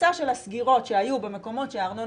פריסה של הסגירות שהיו במקומות שהארנונה